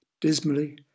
Dismally